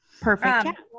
Perfect